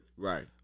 Right